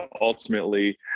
ultimately